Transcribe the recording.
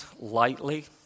lightly